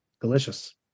delicious